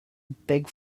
big